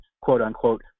quote-unquote